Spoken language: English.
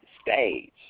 stage